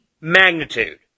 magnitude